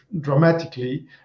dramatically